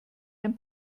ein